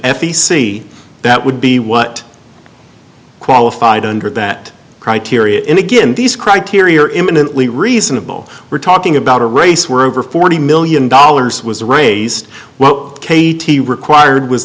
c that would be what qualified under that criteria and again these criteria are imminently reasonable we're talking about a race where over forty million dollars was raised well katie required was